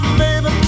baby